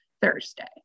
Thursday